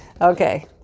Okay